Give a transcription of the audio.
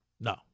No